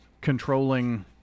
controlling